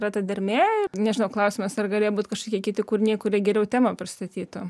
va ta dermė nežinau klausimas ar galėjo būt kažkokie kiti kūriniai kurie geriau temą pristatytų